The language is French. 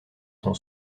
son